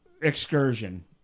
excursion